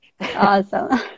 Awesome